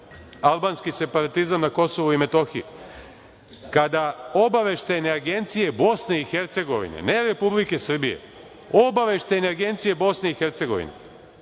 albanski separatizam na Kosovu i Metohiji, kada obaveštajne agencije Bosne i Hercegovine, ne Republike Srbije, obaveštajne agencije Bosne i Hercegovine,